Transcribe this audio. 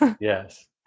Yes